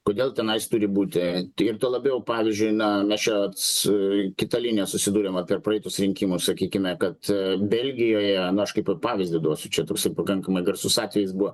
kodėl tenais turi būti ir tuo labiau pavyzdžiui na mes čia su kita linija susiduriama per praeitus rinkimus sakykime kad belgijoje na aš kaip pa pavyzdį duosiu čia toksai pakankamai garsus atvejis buvo